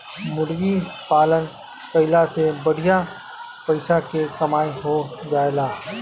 मुर्गी पालन कईला से बढ़िया पइसा के कमाई हो जाएला